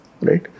right